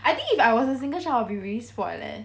I think if I was a single child I will be really spoiled